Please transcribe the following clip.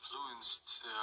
influenced